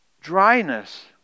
Dryness